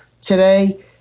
today